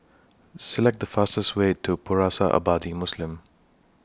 Select The fastest Way to Pusara Abadi Muslim